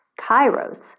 Kairos